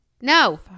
no